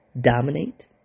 dominate